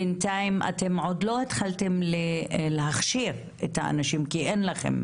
בינתיים אתם עוד לא התחלתם להכשיר את האנשים כי אין לכם.